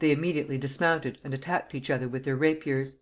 they immediately dismounted and attacked each other with their rapiers